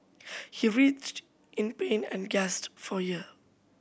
he writhed in pain and guest for ear